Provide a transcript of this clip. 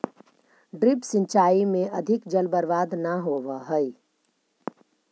drip सिंचाई में अधिक जल बर्बाद न होवऽ हइ